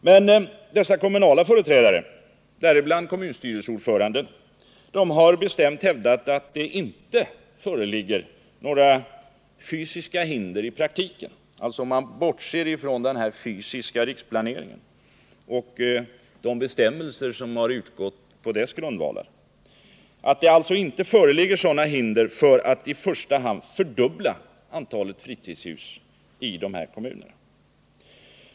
Men dessa kommunala företrädare, däribland en kommunstyrelseordförande, har bestämt hävdat att det i praktiken —- om man alltså bortser från bestämmelserna i den fysiska riksplaneringen — inte föreligger några fysiska hinder för att i första hand fördubbla antalet fritidshus i dessa kommuner.